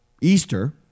Easter